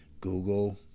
Google